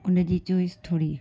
हुनजी चोइस थोरी